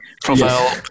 profile